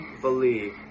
believe